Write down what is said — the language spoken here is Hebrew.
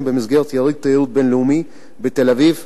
במסגרת יריד תיירות בין-לאומי בתל-אביב,